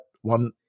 one